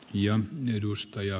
kiitos tarkennuksesta